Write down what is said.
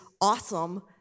awesome